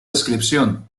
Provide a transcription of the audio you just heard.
descripción